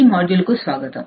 ఈ మాడ్యూల్కు స్వాగతం